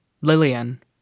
Lillian